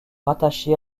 rattaché